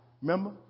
Remember